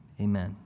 Amen